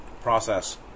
process